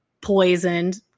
Poisoned